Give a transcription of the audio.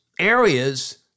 areas